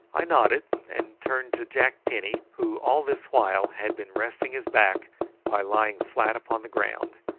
i nodded and turned to jack penny, who all this while had been resting his back by lying flat upon the ground,